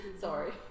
sorry